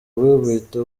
buhita